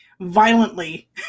violently